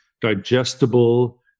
digestible